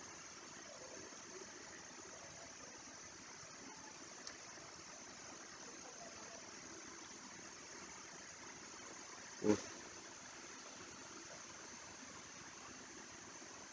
mm